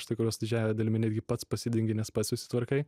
tai kuriuos didžiąja dalimi netgi pats pasidengi nes pats susitvarkai